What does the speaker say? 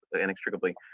inextricably